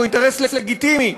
והוא אינטרס לגיטימי,